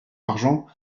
argent